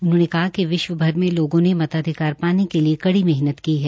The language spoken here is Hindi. उन्होंने कहा कि विश्व भर में लोगों ने मताधिकार पाने के लिए कड़ी मेहनत की है